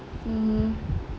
mmhmm